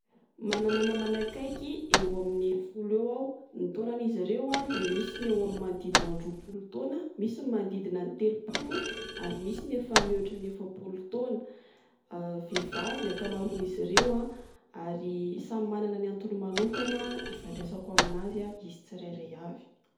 Manana namana akaiky eo amin'ny folo eo aho. Ny taonan'izy ireo de misy ny eo amin'ny manodidina ny roampolo taona, misy ny manodidina telompolo ary misy ny efa mihoatra ny efampolo taona. Vehivavy ny ankamaron'izy ireo a. Ary samy manana ny antony manokana ifandraisako amin'azy a izy tsirairay avy.